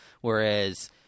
whereas